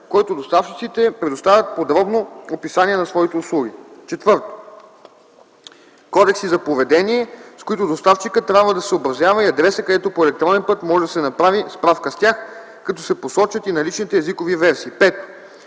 който доставчиците представят подробно описание на своите услуги; 4. кодекси за поведение, с които доставчикът трябва да се съобразява, и адреса, където по електронен път може да се направи справка с тях, като се посочат и наличните езикови версии; 5.